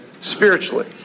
spiritually